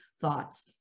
thoughts